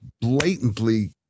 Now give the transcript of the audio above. blatantly